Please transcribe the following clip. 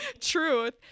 truth